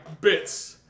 bits